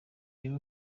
irebe